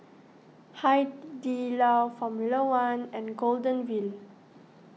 Hai Di Lao formula one and Golden Wheel